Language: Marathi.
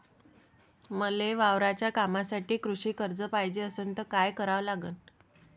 मले वावराच्या कामासाठी कृषी कर्ज पायजे असनं त काय कराव लागन?